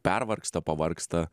pervargsta pavargsta